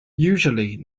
usually